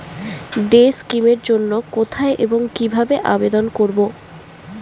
Day scheme এর জন্য কোথায় এবং কিভাবে আবেদন করব?